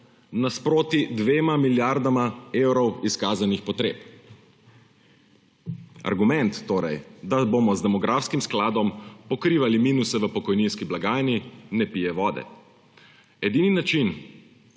nasproti 2 milijardama evrov izkazanih potreb. Argument torej, da bomo z demografskim skladom pokrivali minuse v pokojninski blagajni, ne pije vode. Edini način,